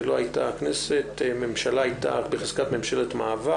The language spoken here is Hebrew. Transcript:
לא הייתה כנסת וממשלה הייתה בחזקת ממשלת מעבר.